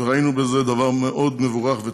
וראינו בזה דבר מאוד מבורך וטוב.